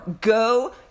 go